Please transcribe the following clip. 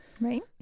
Right